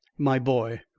my boy!